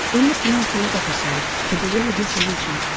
in the penultimate episode the gorilla dissolution,